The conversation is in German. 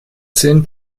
zehn